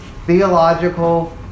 Theological